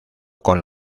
con